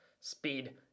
speed